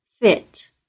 fit